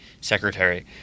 secretary